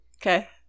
Okay